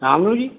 ਸ਼ਾਮ ਨੂੰ ਜੀ